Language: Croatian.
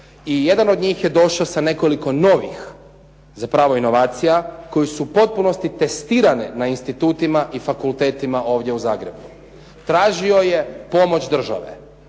i jedan od njih je došao sa nekoliko novih, zapravo inovacija koje su u potpunosti testirane na institutima i fakultetima ovdje u Zagrebu, tražio je pomoć države,